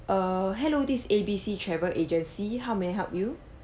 err hello this A B C travel agency how may I help you